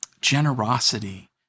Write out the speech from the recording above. generosity